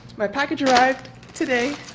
my package arrived today.